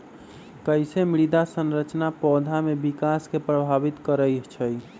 कईसे मृदा संरचना पौधा में विकास के प्रभावित करई छई?